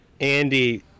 Andy